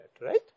right